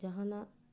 ᱡᱟᱦᱟᱸᱱᱟᱜ